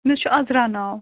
مےٚ حظ چھُ عزرا ناو